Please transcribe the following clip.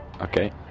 Okay